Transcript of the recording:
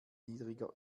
niedriger